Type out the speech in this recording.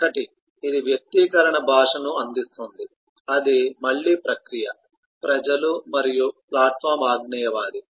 ఒకటి ఇది వ్యక్తీకరణ భాషను అందిస్తుంది అది మళ్ళీ ప్రక్రియ ప్రజలు మరియు ప్లాట్ఫాం అజ్ఞేయవాది